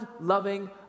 loving